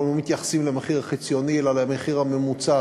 אנחנו לא מתייחסים למחיר חציוני אלא למחיר הממוצע,